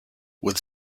with